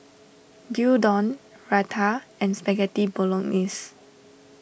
Gyudon Raita and Spaghetti Bolognese